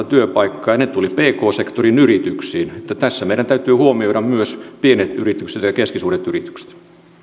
työpaikkaa ja ne tulivat pk sektorin yrityksiin niin että tässä meidän täytyy huomioida myös pienet yritykset ja keskisuuret yritykset